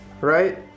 right